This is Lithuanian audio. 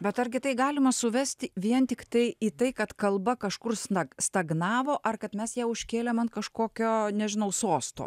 bet argi tai galima suvesti vien tiktai į tai kad kalba kažkur snag stagnavo ar kad mes ją užkėlėm ant kažkokio nežinau sosto